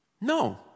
No